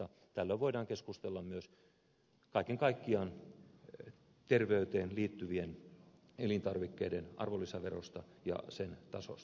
tällöin voidaan keskustella myös kaiken kaikkiaan terveyteen liittyvien elintarvikkeiden arvonlisäverosta ja sen tasosta